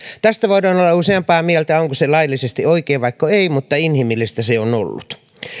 tästä voidaan olla useampaa mieltä onko se laillisesti oikein vaiko ei mutta inhimillistä se on ollut